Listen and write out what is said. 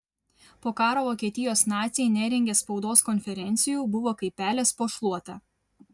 po karo vokietijos naciai nerengė spaudos konferencijų buvo kaip pelės po šluota